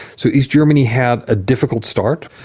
so east germany had a difficult start.